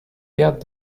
pères